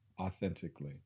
authentically